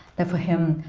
that for him,